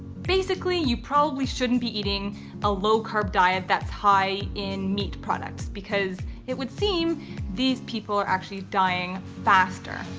basically, you probably shouldn't be eating a low-carb diet that's high in meat products because it would seem these people are actually dying faster.